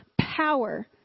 power